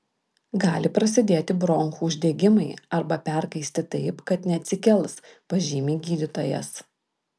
gali prasidėti bronchų uždegimai arba perkaisti taip kad neatsikels pažymi gydytojas